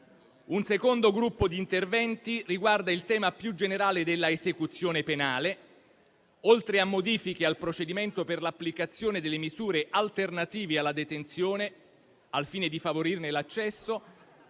Un secondo gruppo di interventi riguarda il tema più generale dell'esecuzione penale: oltre a modifiche al procedimento per l'applicazione delle misure alternative alla detenzione, al fine di favorirne l'accesso,